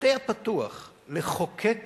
היתר פתוח לחוקק